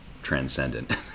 transcendent